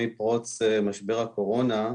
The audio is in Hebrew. מפרוץ משבר הקורונה,